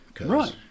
Right